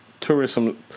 tourism